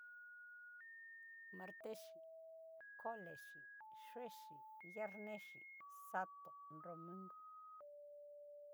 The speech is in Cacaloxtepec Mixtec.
Nonexi, martexi, colexi, juexi, ngiarnexi, sato, nrumungu.